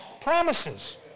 promises